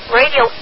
radio